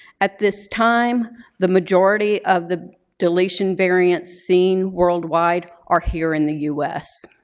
at this time the majority of the dilation variance seen worldwide are here in the us.